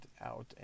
out